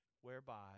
whereby